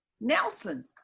nelson